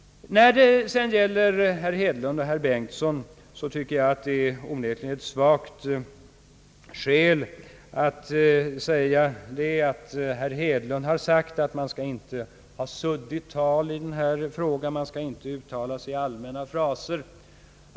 När det sedan gäller herr Hedlund och herr Bengtson tycker jag onekligen att det är ett svagt skäl, att herr Hedlund har sagt att man inte skall föra suddigt tal i denna fråga, och att man inte skall uttala sig i allmänna fraser.